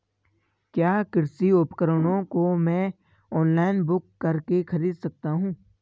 क्या कृषि उपकरणों को मैं ऑनलाइन बुक करके खरीद सकता हूँ?